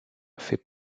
fait